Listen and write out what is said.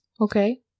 okay